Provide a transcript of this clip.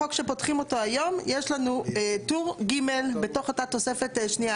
בחוק שפותחים אותו היום יש לנו טור ג' בתוך אותה תוספת שנייה.